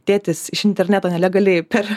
tėtis iš interneto nelegaliai per